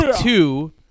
two